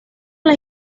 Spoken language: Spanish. las